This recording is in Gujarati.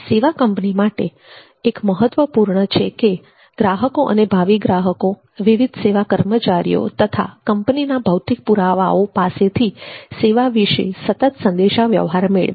સેવા કંપની માટે એક મહત્વપૂર્ણ છે કે ગ્રાહકો અને ભાવિ ગ્રાહકો વિવિધ સેવા કર્મચારીઓ તથા કંપનીના ભૌતિક પુરાવાઓ પાસેથી સેવા વિશે સતત સંદેશાવ્યવહાર મેળવે